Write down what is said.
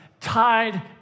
tied